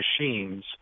machines